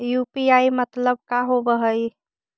UPI मतलब का होब हइ?